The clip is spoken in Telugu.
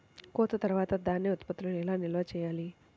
కోత తర్వాత ధాన్య ఉత్పత్తులను ఎలా నిల్వ చేయాలి?